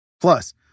Plus